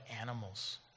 animals